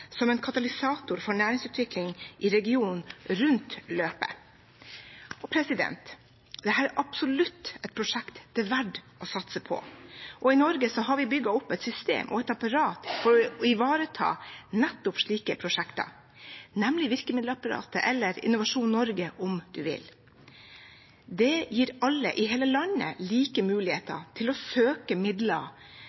som en katalysator for næringsutvikling i regionen rundt løpet. Dette er absolutt et prosjekt det er verd å satse på, og i Norge har vi bygget opp et system og et apparat for å ivareta nettopp slike prosjekter, nemlig virkemiddelapparatet – eller Innovasjon Norge, om du vil. Det gir alle i hele landet like